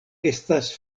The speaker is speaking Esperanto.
estas